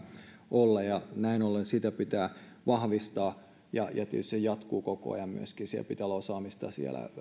olla ja näin ollen sitä pitää vahvistaa ja tietysti se jatkuu koko ajan myöskin pitää olla osaamista